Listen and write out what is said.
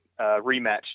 rematch